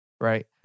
Right